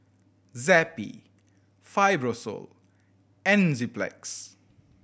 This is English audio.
Zappy Fibrosol Enzyplex